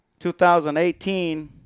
2018